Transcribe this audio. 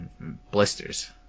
blisters